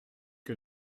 que